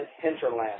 Hinterland